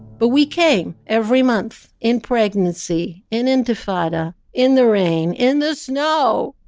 but we came, every month. in pregnancy. in intifada. in the rain. in the snow!